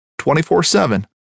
24-7